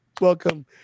Welcome